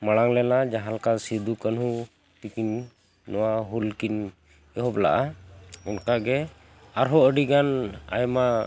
ᱢᱟᱲᱟᱝ ᱞᱮᱱᱟ ᱡᱟᱦᱟᱸ ᱞᱮᱠᱟ ᱥᱤᱫᱩ ᱠᱟᱱᱦᱩ ᱛᱟᱹᱠᱤᱱ ᱱᱚᱣᱟ ᱦᱩᱞ ᱠᱤᱱ ᱮᱦᱚᱵ ᱞᱟᱜᱼᱟ ᱚᱱᱠᱟᱜᱮ ᱟᱨᱦᱚᱸ ᱟᱹᱰᱤᱜᱟᱱ ᱟᱭᱢᱟ